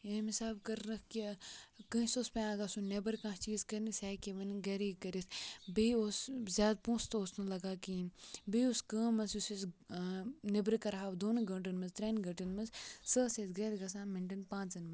ییٚمہِ حِساب کٔرنَکھ کہِ کٲنٛسہِ اوس پیٚوان گژھُن نٮ۪بَر کانٛہہ چیٖز کَرنہِ سُہ ہیٚکہِ وَنہِ گَرے کٔرِتھ بیٚیہِ اوس زیادٕ پونٛسہٕ تہِ اوس نہٕ لَگان کِہیٖنۍ بیٚیہِ اوس کٲم اَتھ یُس اَسہِ نٮ۪برٕ کَرٕہَو دۄن گٲنٛٹَن منٛز ترٛٮ۪ن گٲنٛٹَن منٛز سُہ ٲسۍ اَسہِ گَرِ گژھن مِنٹَن پانٛژَن منٛز